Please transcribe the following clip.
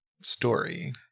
story